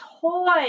toy